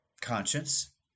conscience